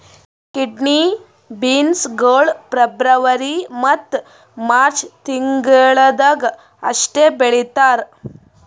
kidney beans ಗೊಳ್ February ಮತ್ತ March ತಿಂಗಿಳದಾಗ್ ಅಷ್ಟೆ ಬೆಳೀತಾರ್